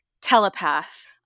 telepath